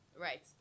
right